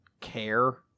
care